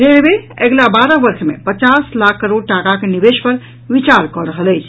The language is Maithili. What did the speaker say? रेलवे अगिला बारह वर्ष मे पचास लाख करोड़ टाकाक निवेश पर विचार कऽ रहल अछि